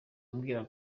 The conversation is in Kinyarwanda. umbwira